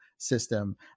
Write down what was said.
system